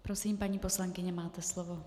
Prosím, paní poslankyně, máte slovo.